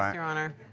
um your honor.